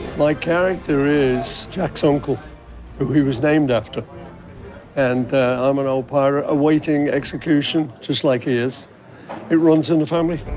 my character is jack's uncle who he was named after and i'm an old pirate awaiting execution just like he is it runs in the family.